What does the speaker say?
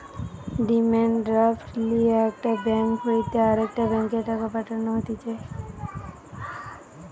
demand draft লিয়ে একটা bank হইতে আরেকটা ব্যাংকে টাকা পাঠানো হতিছে